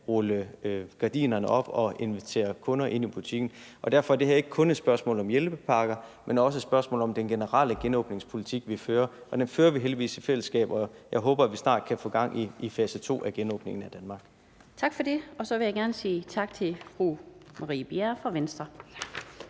rulle gardinerne op og invitere kunder ind i butikken. Derfor er det her ikke kun et spørgsmål om hjælpepakker, men også et spørgsmål om den generelle genåbningspolitik, vi fører, og den fører vi heldigvis i fællesskab, og jeg håber, at vi snart kan få gang i fase to af genåbningen af Danmark. Kl. 16:18 Den fg. formand (Annette Lind): Tak for det. Og så vil jeg gerne sige tak til fru Marie Bjerre fra Venstre.